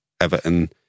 Everton